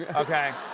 yeah okay?